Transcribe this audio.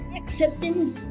acceptance